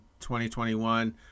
2021